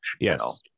yes